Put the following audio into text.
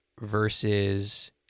versus